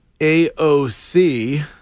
AOC